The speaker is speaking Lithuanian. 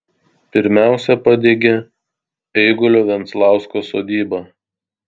pirmiausiai padegė eigulio venslausko sodybą